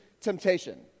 temptation